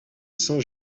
saint